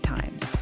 Times